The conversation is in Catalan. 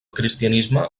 cristianisme